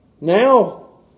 Now